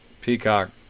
Peacock